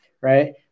right